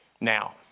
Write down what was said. Now